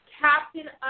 captain